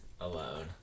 alone